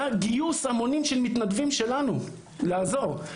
היה גיוס המונים של מתנדבים שלנו לעזור,